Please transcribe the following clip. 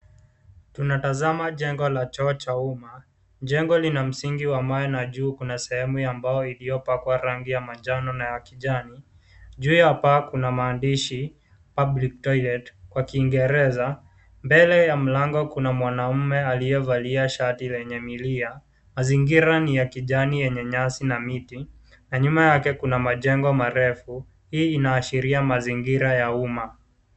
Tunatazama jengo la choo cha umma. Jengo lina msingi wa mawe na juu kuna sehemu ya mbao iliyopakwa rangi ya manjano na ya kijani. Juu ya paa kuna maandishi PUBLIC TOILET kwa kiingereza. Mbele ya mlango kuna mwanaume aliyevalia shati lenye milia. Mazingira ni ya kijani yenye nyasi na miti na nyuma yake kuna majengo marefu. Hii inaashiria mazingira ya umma.